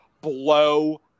blow